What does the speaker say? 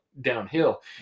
downhill